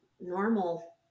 normal